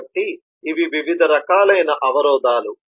కాబట్టి ఇవి వివిధ రకాలైన అవరోధాలు